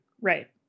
Right